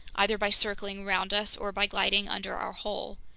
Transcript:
either by circling around us or by gliding under our hull.